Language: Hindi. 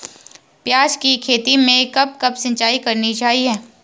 प्याज़ की खेती में कब कब सिंचाई करनी चाहिये?